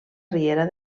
riera